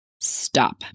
stop